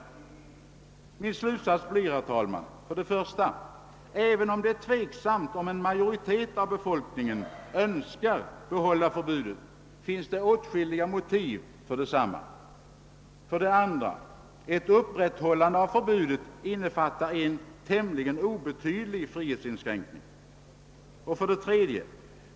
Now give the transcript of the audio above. Herr talman! Mina slutsatser blir följande: 1. även om det är ovisst om en majoritet av befolkningen önskar behålla förbudet finns det åtskilliga motiv för detsamma. 2. Ett upprätthållande av förbudet innefattar en tämligen obetydlig frihetsinskränkning. 3.